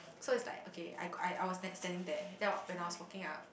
so it's like okay I go I was stand standing there then when I was walking up